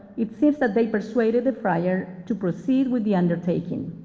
it seems that they persuaded the friar to proceed with the undertaking.